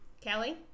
Kelly